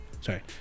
sorry